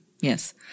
Yes